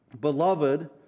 Beloved